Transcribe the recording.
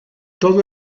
todo